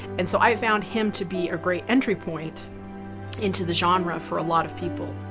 and so i found him to be a great entry point into the genre for a lot of people.